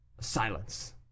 silence